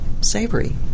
savory